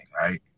right